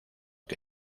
que